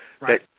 Right